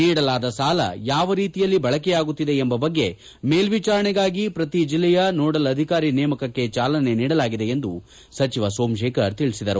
ನೀಡಲಾದ ಸಾಲ ಯಾವ ರೀತಿಯಲ್ಲಿ ಬಳಕೆಯಾಗುತ್ತಿದೆ ಎಂಬ ಬಗ್ಗೆ ಮೇಲ್ವಿಚಾರಣೆಗಾಗಿ ಪ್ರತಿ ಜಿಲ್ಲೆಗಳಲ್ಲಿಯೂ ನೋಡಲ್ ಅಧಿಕಾರಿಗಳ ನೇಮಕಕ್ಕೆ ಚಾಲನೆ ನೀಡಲಾಗಿದೆ ಎಂದು ಸಚಿವ ಸೋಮಶೇಖರ್ ತಿಳಿಸಿದರು